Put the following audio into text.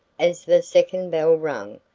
as the second bell rang,